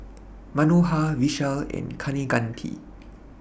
Manohar Vishal and Kaneganti